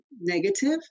negative